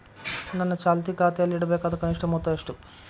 ನನ್ನ ಚಾಲ್ತಿ ಖಾತೆಯಲ್ಲಿಡಬೇಕಾದ ಕನಿಷ್ಟ ಮೊತ್ತ ಎಷ್ಟು?